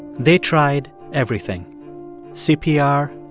they tried everything cpr,